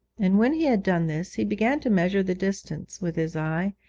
and when he had done this, he began to measure the distance with his eye,